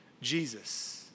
Jesus